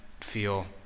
feel